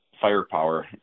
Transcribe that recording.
firepower